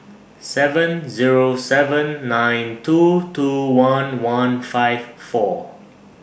seven Zero seven nine two two one one five four